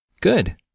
Good